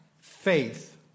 Faith